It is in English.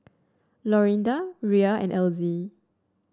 Lorinda Rhea and Elzie